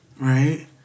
Right